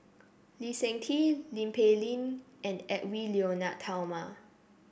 Lee Seng Tee Tin Pei Ling and Edwy Lyonet Talma